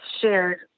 shared